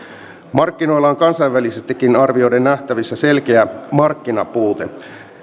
markkinoilla on kansainvälisestikin arvioiden nähtävissä selkeä markkinapuute